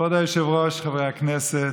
כבוד היושב-ראש, חברי הכנסת,